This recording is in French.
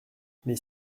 mais